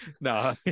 no